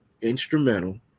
instrumental